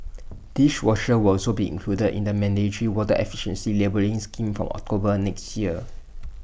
dishwashers will also be included in the mandatory water efficiency labelling scheme from October next year